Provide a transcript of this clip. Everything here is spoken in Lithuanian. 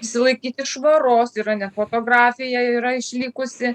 išsilaikyti švaros yra net fotografija yra išlikusi